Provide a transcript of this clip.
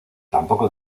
tampoco